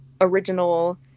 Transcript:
original